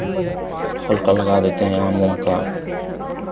फल का लगा देते हैं आम ऊम का